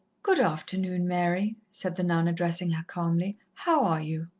good afternoon, mary, said the nun, addressing her calmly. how are you?